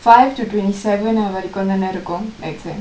five to twenty seven வரைக்கும் தான இருக்கும்:varaikum thaane irukkum exam